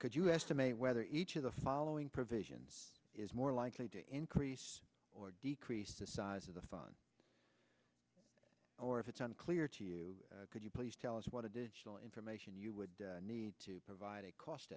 could you estimate whether each of the following provisions is more likely to increase or decrease the size of the phone or if it's unclear to you could you please tell us what additional information you would need to provide a cost